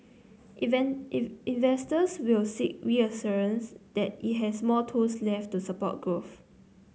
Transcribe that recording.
investors will seek reassurances that it has more tools left to support growth